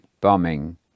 bombing